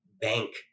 bank